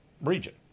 region